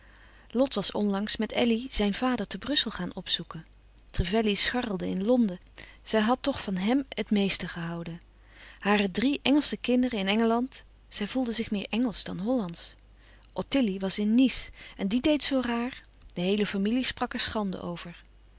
lot was onlangs met elly zijn vader te brussel gaan opzoeken trevelley scharrelde in londen zij had toch van hèm het meeste gehouden hare drie engelsche kinderen in engeland zij voelden zich meer engelsch dan hollandsch ottilie was in nice en die deed zoo raar de heele familie sprak er schande over